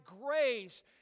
grace